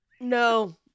No